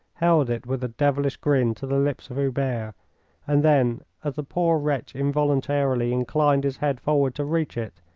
held it, with a devilish grin, to the lips of hubert, and then, as the poor wretch involuntarily inclined his head forward to reach it,